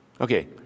Okay